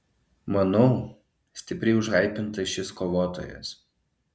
manau stipriai užhaipintas šis kovotojas